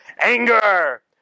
Anger